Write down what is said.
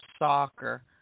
soccer